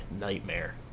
nightmare